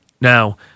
Now